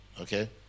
Okay